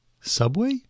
subway